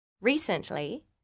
Recently